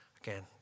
again